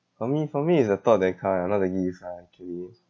for me for me it's the thought that count ah not the gift ah actually